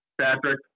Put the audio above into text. Patrick